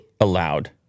...allowed